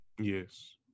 Yes